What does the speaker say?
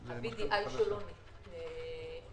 ה-BDI שלו נפגע.